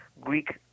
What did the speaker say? Greek